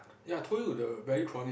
ya I did you the Valuetronic